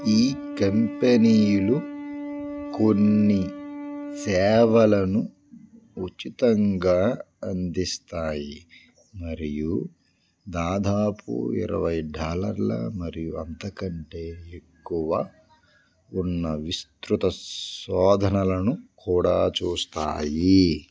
ఈ కంపెనీలు కొన్ని సేవలను ఉచితంగా అందిస్తాయి మరియు దాదాపు ఇరవై డాలర్ల మరియు అంతకంటే ఎక్కువ ఉన్న విస్తృత శోధనలను కూడా చూస్తాయి